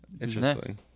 Interesting